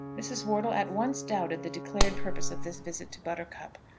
mrs. wortle at once doubted the declared purpose of this visit to buttercup.